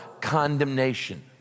condemnation